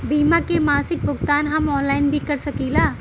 बीमा के मासिक भुगतान हम ऑनलाइन भी कर सकीला?